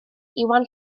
iwan